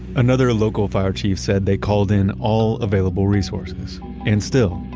another local fire chief said they called in all available resources and still,